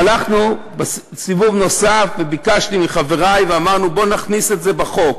הלכנו סיבוב נוסף וביקשתי מחברי ואמרנו: בואו נכניס את זה בחוק.